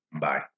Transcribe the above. Bye